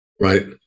Right